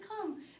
come